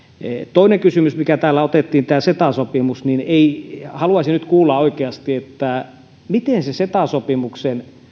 toinen kysymys mikä täällä otettiin on ceta sopimus ja haluaisin nyt kuulla oikeasti miten se se ceta sopimus